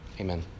Amen